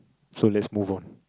so let's move on